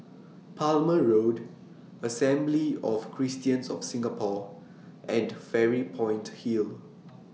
Palmer Road Assembly of Christians of Singapore and Fairy Point Hill